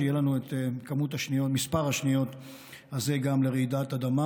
שיהיה לנו את מספר השניות הזה גם לרעידת אדמה.